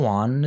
on